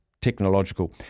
technological